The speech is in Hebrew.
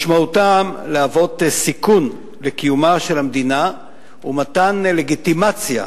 משמעותם סיכון לקיומה של המדינה ומתן לגיטימציה